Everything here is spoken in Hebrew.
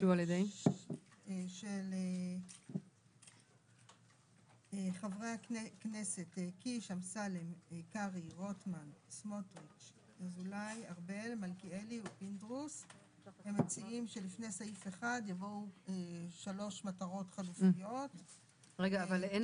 1. מטרת חוק זה לצמצם את חופש הפעולה של העסקים הקטנים.